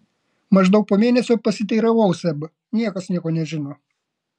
maždaug po mėnesio pasiteiravau seb niekas nieko nežino